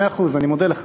מאה אחוז, אני מודה לך.